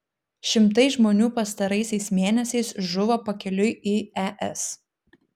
šimtai žmonių pastaraisiais mėnesiais žuvo pakeliui į es